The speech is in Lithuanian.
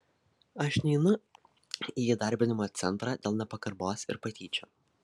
aš neinu į įdarbinimo centrą dėl nepagarbos ir patyčių